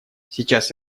сейчас